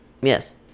yes